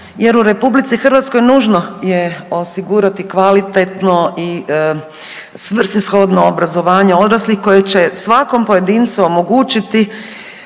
jer u RH nužno je osigurati kvalitetno i svrsishodno obrazovanje odraslih koji će svakom pojedincu omogućiti